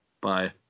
Bye